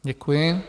Děkuji.